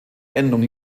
endung